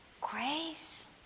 Grace